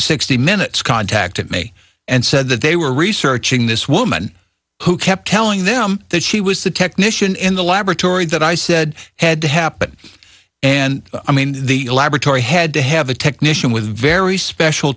sixty minutes contacted me and said that they were researching this woman who kept telling them that she was the technician in the laboratory that i said had to happen and i mean the laboratory had to have a technician with a very special